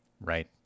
Right